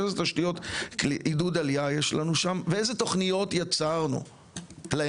איזה תשתיות עידוד עלייה יש לנו שם ואיזה תוכניות יצרנו להם?